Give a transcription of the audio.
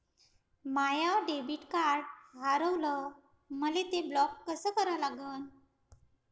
माय debit card हारवलं, मले ते ब्लॉक कस करा लागन?